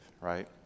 right